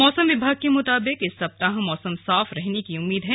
मौसम विभाग के मुताबिक इस सप्ताह मौसम साफ रहने की उम्मीद है